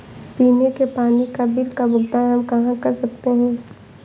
पीने के पानी का बिल का भुगतान हम कहाँ कर सकते हैं?